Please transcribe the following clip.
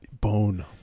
bone